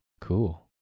cool